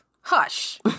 hush